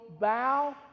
bow